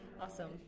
Awesome